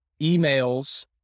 emails